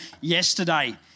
yesterday